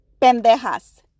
pendejas